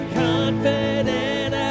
confident